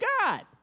God